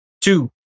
Two